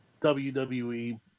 WWE